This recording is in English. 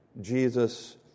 Jesus